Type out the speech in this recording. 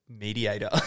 mediator